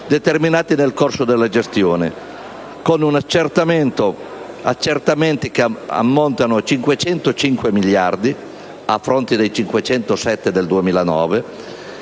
determinati nel corso della gestione, con accertamenti che ammontano a 505 miliardi, a fronte dei 507 miliardi